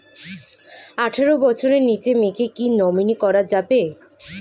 আঠারো বছরের নিচে মেয়েকে কী নমিনি করা যাবে?